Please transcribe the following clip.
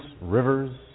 Rivers